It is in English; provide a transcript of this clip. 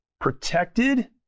protected